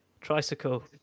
Tricycle